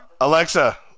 Alexa